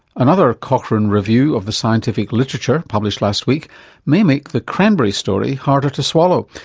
another cochrane review of the scientific literature published last week may make the cranberry story harder to swallow.